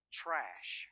trash